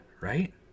right